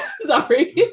Sorry